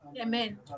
Amen